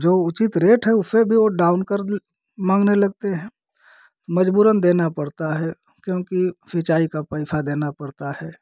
जो उचित रेट है उसे भी वो डाउन कर मांगने लगते हैं मजबूरन देना पड़ता है क्योंकि सिंचाई का पैसा देना पड़ता है